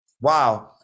wow